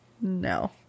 No